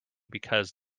because